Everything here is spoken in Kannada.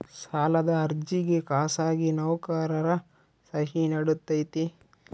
ಸಾಲದ ಅರ್ಜಿಗೆ ಖಾಸಗಿ ನೌಕರರ ಸಹಿ ನಡಿತೈತಿ?